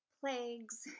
plagues